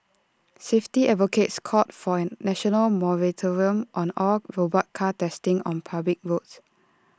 safety advocates called for A national moratorium on all robot car testing on public roads